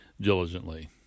diligently